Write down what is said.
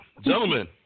gentlemen